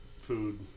food